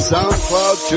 SoundCloud